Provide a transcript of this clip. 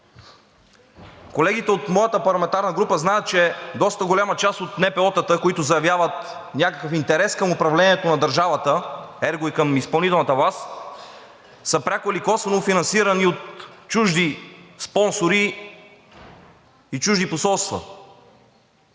Колегите от моята парламентарна група знаят, че доста голяма част от НПО-тата, които заявяват някакъв интерес към управлението на държавата, ерго и към изпълнителната власт, са пряко или косвено финансирани от чужди спонсори и чужди посолства.